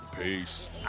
Peace